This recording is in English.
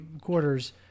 quarters